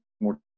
more